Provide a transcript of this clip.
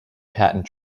patent